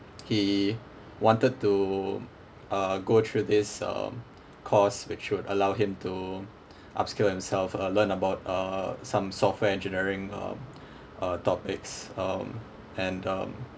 he wanted to uh go through this um course which would allow him to upskill himself uh learn about uh some software engineering um uh topics um and um